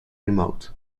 remote